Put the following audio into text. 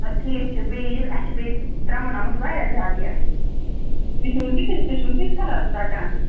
اَدٕ ٹھیٖک چھُ بیٚیہِ یہِ اَسہِ چھِ بیٚیہِ درٛمُن آمُت واریاہ زیادٕ یَتھ تُہۍ چھُوا سُہ تہِ تُہۍ چھُوا سُہ تہِ کَران ژَٹان